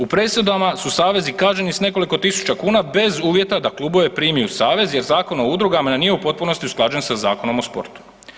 U presudama su savezi kažnjeni s nekoliko tisuća kuna bez uvjeta da klubove primi u savez jer Zakon o udrugama nije u potpunosti usklađen sa Zakonom o sportu.